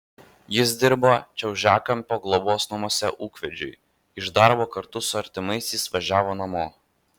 jis dirbo čiužiakampio globos namuose ūkvedžiu iš darbo kartu su artimaisiais važiavo namo